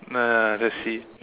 nah let's see